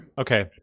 Okay